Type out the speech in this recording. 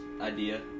idea